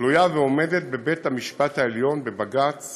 תלויה ועומדת בבית-המשפט העליון בבג"ץ